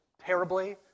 terribly